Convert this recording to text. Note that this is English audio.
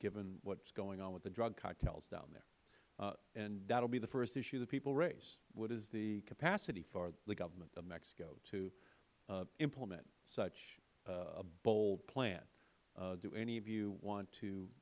given what is going on with the drug cartels down there and that will be the first issue that the people raise what is the capacity for the government of mexico to implement such a bold plan do any of you want to